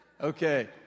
Okay